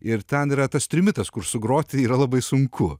ir ten yra tas trimitas kur sugroti yra labai sunku